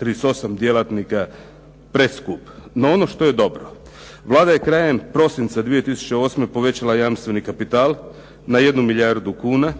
38 djelatnika preskup. No, ono što je dobro. Vlada je krajem prosinca 2008. povećala jamstveni kapital na 1 milijardu kuna.